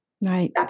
right